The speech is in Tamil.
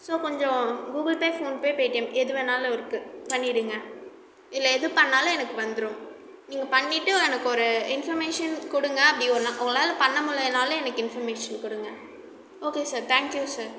ஸோ கொஞ்சம் Google Pay PhonePe Paytm எது வேணாலும் இருக்குது பண்ணிவிடுங்க இதில் எது பண்ணிணாலும் எனக்கு வந்துடும் நீங்கள் பண்ணிட்டு எனக்கு ஒரு இன்ஃபர்மேஷன் கொடுங்கள் அப்படி உங்களால பண்ணமுடில்லைனாலும் எனக்கு இன்ஃபர்மேஷன் கொடுங்க ஓகே சார் தேங்க்யூ சார்